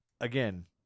again